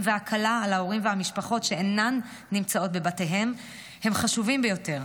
והקלה על ההורים והמשפחות שאינן נמצאות בבתיהם היא חשובה ביותר,